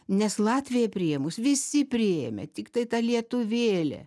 nes latvija priėmus visi priėmę tiktai ta lietuvėlė